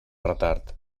retard